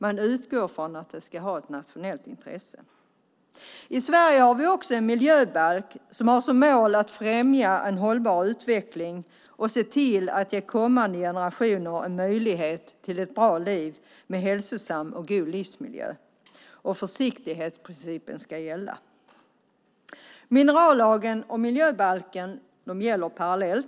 Man utgår från att det ska ha ett nationellt intresse. I Sverige har vi även en miljöbalk som har som mål att främja hållbar utveckling och se till att ge kommande generationer möjlighet till ett bra liv med hälsosam och god livsmiljö. Försiktighetsprincipen ska gälla. Minerallagen och miljöbalken gäller parallellt.